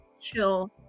chill